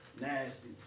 Nasty